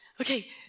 okay